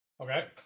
okay